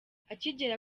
akigera